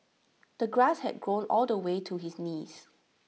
the grass had grown all the way to his knees